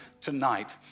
tonight